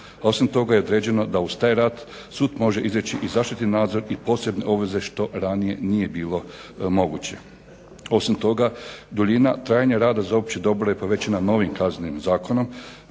osim toga je određeno da uz taj rad sud može izreći i zaštitni nadzor i posebne obveze što ranije nije bilo moguće. Osim toga, duljina trajanja rada za opće dobro je povećana novim Kaznenim zakonom,